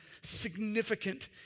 significant